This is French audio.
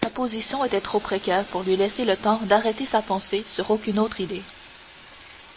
sa position était trop précaire pour lui laisser le temps d'arrêter sa pensée sur aucune autre idée